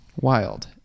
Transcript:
Wild